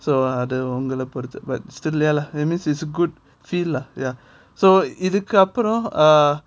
so அது உங்கள பொறுத்து:adhu ungala poruthu but still there lah that means it is a good fill lah ya so இதுக்கு அப்புறம்:idhuku apuram